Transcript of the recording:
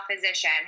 physician